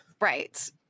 right